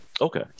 Okay